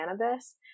cannabis